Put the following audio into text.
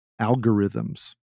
algorithms